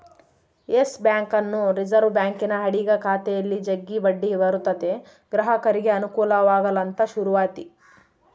Yes ಬ್ಯಾಂಕನ್ನು reserve ಬ್ಯಾಂಕಿನ ಅಡಿಗ ಖಾತೆಯಲ್ಲಿ ಜಗ್ಗಿ ಬಡ್ಡಿ ಬರುತತೆ ಗ್ರಾಹಕರಿಗೆ ಅನುಕೂಲವಾಗಲಂತ ಶುರುವಾತಿ